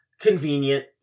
Convenient